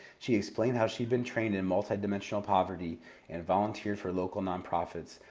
she explained how she'd been trained in multi-dimensional poverty and volunteered for local nonprofits,